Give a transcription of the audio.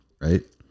right